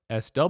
SW